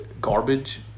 garbage